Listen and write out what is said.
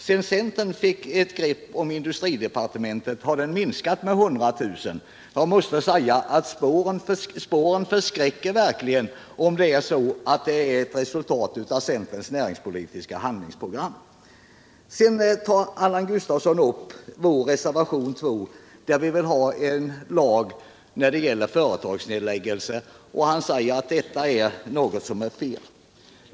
Sedan centern fick grepp om industridepartementet har sysselsättningen minskat med 100 000. Jag måste säga att spåren förskräcka, om detta är resultatet av centerns näringspolitiska handlingsprogramt Sedan tog Allan Gustafsson upp vår reservation 2, där vi säger att vi vill ha en [fagstiftning om samhällskontroll vid nedläggning av företag — vilket enligt Allan Gustafsson var fel.